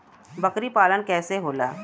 बकरी पालन कैसे होला?